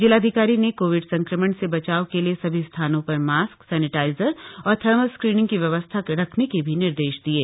जिलाधिकारी ने कोविड संक्रमण से बचाव के लिए सभी स्थानों पर मास्क सैनेटाइजर और थर्मल स्क्रीनिंग की व्यवस्था रखने के निर्देश भी दिये